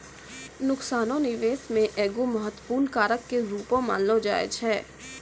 नुकसानो निबेश मे एगो महत्वपूर्ण कारक के रूपो मानलो जाय छै